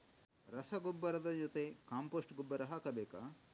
ರಸಗೊಬ್ಬರದ ಜೊತೆ ಕಾಂಪೋಸ್ಟ್ ಗೊಬ್ಬರ ಹಾಕಬೇಕಾ?